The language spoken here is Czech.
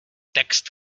text